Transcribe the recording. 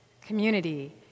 community